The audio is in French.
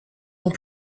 ans